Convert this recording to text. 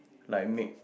like make